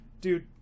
dude